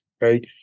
right